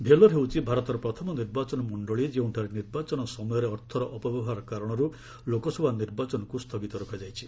ଭେଲୋର୍ ହେଉଛି ଭାରତର ପ୍ରଥମ ନିର୍ବାଚନ ମଣ୍ଡଳୀ ଯେଉଁଠାରେ ନିର୍ବାଚନ ସମୟରେ ଅର୍ଥର ଅପବ୍ୟବହାର କାରଣରୁ ଲୋକସଭା ନିର୍ବାଚନକୁ ସ୍ଥଗିତ ରଖାଯାଇଛି